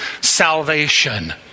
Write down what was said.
salvation